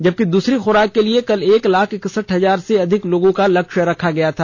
जबकि दूसरी खुराक के लिए कल एक लाख इकसठ हजार से अधिक लोगों का लक्ष्य रखा गया था